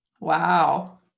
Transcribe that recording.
Wow